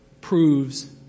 proves